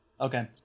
Okay